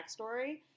backstory